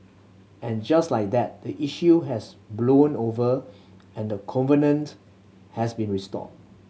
and just like that the issue has blown over and the covenant has been restored